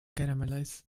caramelized